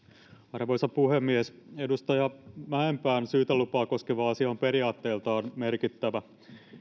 arvoisa puhemies edustaja mäenpään syytelupaa koskeva asia on periaatteeltaan merkittävä